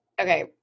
okay